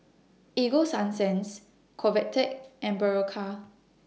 Ego Sunsense Convatec and Berocca